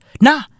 nah